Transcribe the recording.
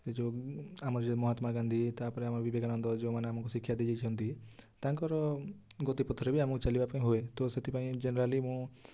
ଏ ଯୋଉ ଆମର ଯେ ମହାତ୍ମା ଗାନ୍ଧୀ ତା'ପରେ ଆମର ବିବେକାନନ୍ଦ ଯୋଉମାନେ ଆମକୁ ଶିକ୍ଷା ଦେଇ ଯାଇଛନ୍ତି ତାଙ୍କର ଗତିପଥରେ ବି ଆମକୁ ଚାଲିବା ପାଇଁ ହୁୁଏ ତ ସେଥିପାଇଁ ଜେନେରାଲି ମୁଁ